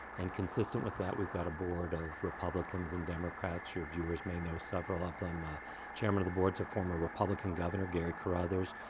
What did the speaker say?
and consistent with that we've got a board of republicans and democrats. your viewers may know several of them. the ah chairman of the board is a former republican governor, gary carruthers.